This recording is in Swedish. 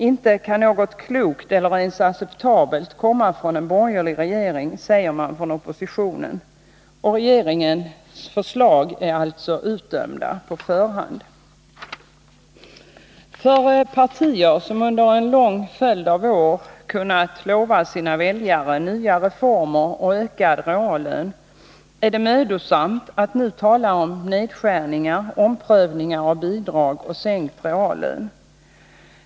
Inte kan något klokt eller ens acceptabelt komma från en borgerlig regering, säger man från oppositionen. Regeringens förslag är alltså utdömda på förhand. För partier som under en lång följd av år kunnat lova sina väljare nya reformer och ökad reallön är det mödosamt att nu tala om nedskärningar, omprövningar av bidrag och sänkt reallön.